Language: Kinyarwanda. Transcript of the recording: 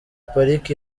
pariki